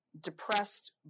depressed